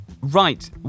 Right